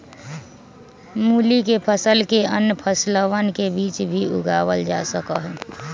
मूली के फसल के अन्य फसलवन के बीच भी उगावल जा सका हई